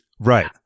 Right